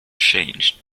changed